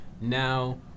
Now